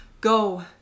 go